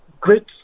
great